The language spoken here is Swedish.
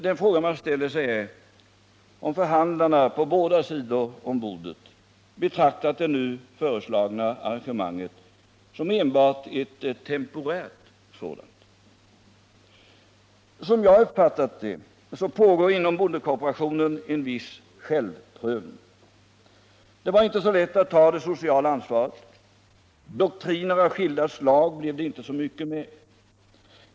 Den fråga man ställer sig är om förhandlarna på båda sidor om bordet betraktat det nu föreslagna arrangemanget som enbart ett temporärt sådant. Som jag uppfattat det, pågår inom bondekooperationen en viss självprövning. Det var inte så lätt att ta det sociala ansvaret. Doktriner av skilda slag blev det inte så mycket med.